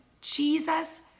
Jesus